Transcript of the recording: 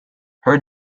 her